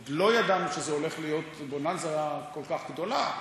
עוד לא ידענו שזה הולך להיות בוננזה כל כך גדולה,